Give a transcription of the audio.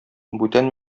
бүтән